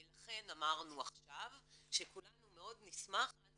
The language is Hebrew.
לכן אמרנו עכשיו שכולנו מאוד נשמח עד